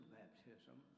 baptism